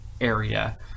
area